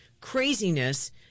craziness